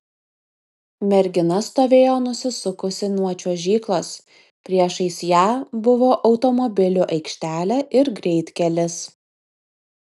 mergina stovėjo nusisukusi nuo čiuožyklos priešais ją buvo automobilių aikštelė ir greitkelis